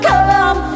Come